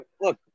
look